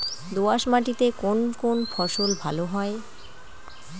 দোঁয়াশ মাটিতে কোন কোন ফসল ভালো হয়?